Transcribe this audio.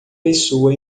pessoa